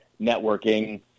networking